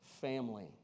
family